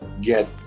get